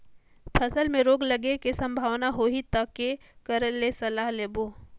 फसल मे रोग लगे के संभावना होही ता के कर ले सलाह लेबो?